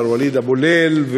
מר וליד אבו ליל,